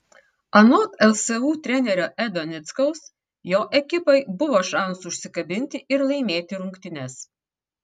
anot lsu trenerio edo nickaus jo ekipai buvo šansų užsikabinti ir laimėti rungtynes